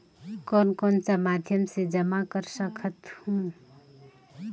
कौन कौन सा माध्यम से जमा कर सखहू?